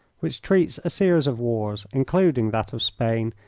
which treats a series of wars, including that of spain,